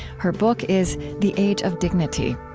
her book is the age of dignity.